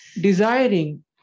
desiring